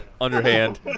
Underhand